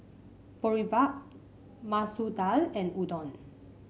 Boribap Masoor Dal and Udon